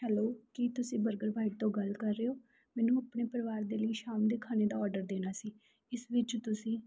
hello ਕੀ ਤੁਸੀਂ Burger Bite ਤੋਂ ਗੱਲ ਕਰ ਰਹੇ ਹੋ ਮੈਨੂੰ ਆਪਣੇ ਪਰਿਵਾਰ ਦੇ ਲਈ ਸ਼ਾਮ ਦੇ ਖਾਣੇ ਦਾ ਆਰਡਰ ਦੇਣਾ ਸੀ ਇਸ ਵਿੱਚ ਤੁਸੀਂ